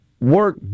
work